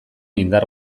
indar